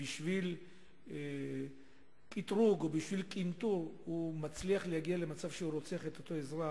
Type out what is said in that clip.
אם בשביל קטרוג או קנטור הוא מגיע למצב שהוא רוצח את אותו אזרח,